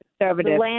conservative